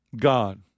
God